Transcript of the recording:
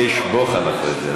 יש בוחן אחרי זה,